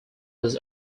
was